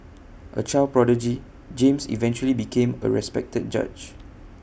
A child prodigy James eventually became A respected judge